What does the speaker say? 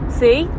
see